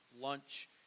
lunch